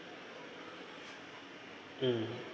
mm